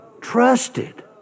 trusted